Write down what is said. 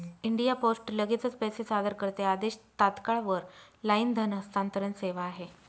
India post लगेचच पैसे सादर करते आदेश, तात्काळ वर लाईन धन हस्तांतरण सेवा आहे